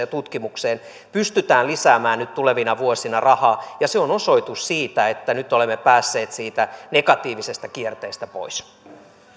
ja tutkimukseen pystytään lisäämään nyt tulevina vuosina rahaa se on osoitus siitä että nyt olemme päässeet siitä negatiivisesta kierteestä pois